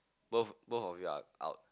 both both of you are out